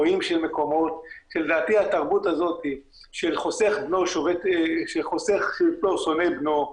או איים של מקומות שלדעתי התרבות הזאת של חוסך שבטו שונא את בנו,